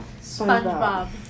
SpongeBob